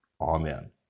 Amen